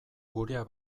gurea